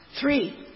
Three